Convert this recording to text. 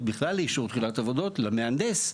בכלל לאישור תחילת עבודות למהנדס.